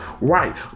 right